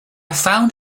found